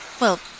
Well